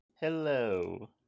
Hello